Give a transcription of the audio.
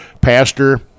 Pastor